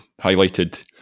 highlighted